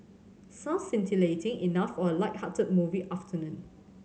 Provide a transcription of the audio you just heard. sounds scintillating enough for a lighthearted movie afternoon